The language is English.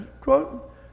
quote